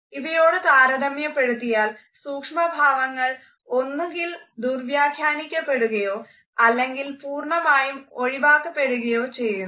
ഇവയോട് താരതമ്യപ്പെടുത്തിയാൽ സൂക്ഷ്മഭാവങ്ങൾ ഒന്നുകിൽ ദുർവ്യാഖ്യാനിക്കപ്പെടുകയോ അല്ലെങ്കിൽ പൂർണമായും ഒഴിവാക്കപ്പെടുകയോ ചെയ്യുന്നു